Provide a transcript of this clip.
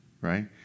right